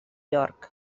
york